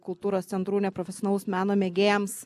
kultūros centrų neprofesionalaus meno mėgėjams